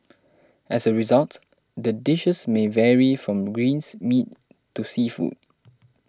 as a result the dishes may vary from greens meat to seafood